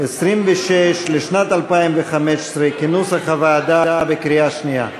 לשנת 2015, כנוסח הוועדה, בקריאה שנייה.